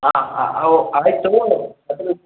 ಹಾಂ ಹಾಂ ಓ ಆಯಿತು